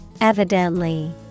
Evidently